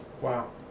Wow